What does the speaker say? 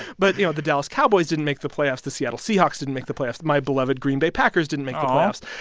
but, you know, the dallas cowboys didn't make the playoffs. the seattle seahawks didn't make the playoffs. my beloved green bay packers didn't make the playoffs.